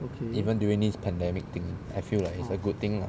even during this pandemic thing I feel like it's a good thing lah